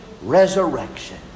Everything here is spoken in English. resurrection